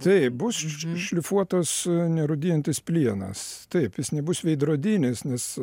taip bus šlifuotas nerūdijantis plienas taip jis nebus veidrodinis nes